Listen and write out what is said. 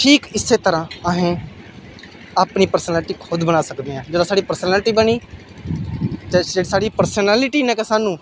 ठीक इस्सै तरह असें अपनी प्रसैन्लटी खुद बना सकदे आं जिसलै साढ़ी प्रसैन्लटी बनी ते जेह्ड़ी साढ़ी प्रसैन्लटी ने गै सानूं